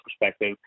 perspective